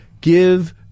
Give